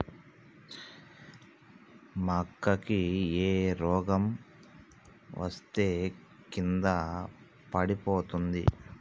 మక్కా కి ఏ రోగం వస్తే కింద పడుతుంది?